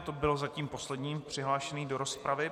Ta byla zatím poslední přihlášenou do rozpravy.